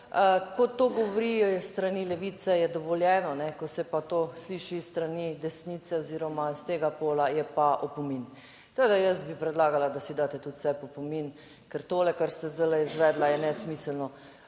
Ko to govorijo s strani levice je dovoljeno, ko se pa to sliši s strani desnice oziroma iz tega pola, je pa opomin. Tako da, jaz bi predlagala, da si daste tudi v sebi opomin, ker tole, kar ste zdaj izvedla, je nesmiselno.